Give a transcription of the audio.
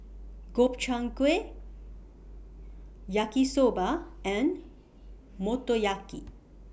Gobchang Gui Yaki Soba and Motoyaki